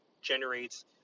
generates